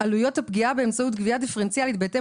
עלויות הפגיעה באמצעות גבייה דיפרנציאלית בהתאם